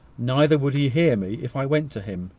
neither would he hear me if i went to him.